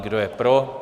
Kdo je pro?